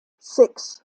six